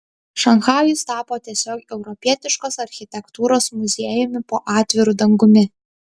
šanchajus tapo tiesiog europietiškos architektūros muziejumi po atviru dangumi